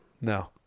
No